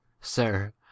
sir